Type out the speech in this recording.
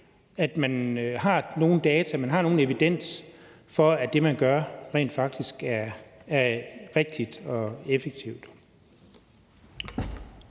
at man har nogen data eller evidens for, at det, man gør, rent faktisk er rigtigt og effektivt.